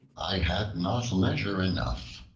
i had not leisure enough.